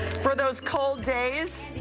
for those cold days.